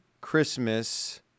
Christmas